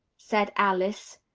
said alice.